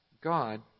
God